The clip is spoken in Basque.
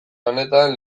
honetan